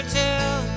tell